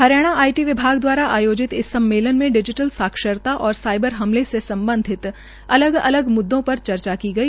Haryana IT विभाग द्वारा आयाजित इस सम्मेलन में डिजिटल साक्षरता और सायबर हमले से सम्बधित अलग अलग मुददों पर चर्चा की गई